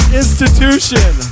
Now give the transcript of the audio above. institution